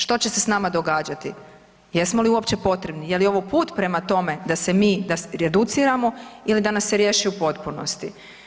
Što će se s nama događati, jesmo li uopće potrebni, je li ovo put prema tome da se mi reduciramo ili da nas se riješi u potpunosti?